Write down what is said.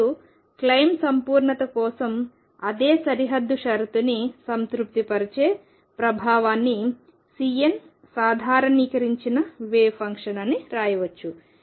మరియు క్లెయిమ్ సంపూర్ణత కోసం అదే సరిహద్దు షరతు ని సంతృప్తిపరిచే ప్రభావాన్ని అందించడం కొరకు Cnసాధారణీకరించిన వేవ్ ఫంక్షన్ని రాయవచ్చు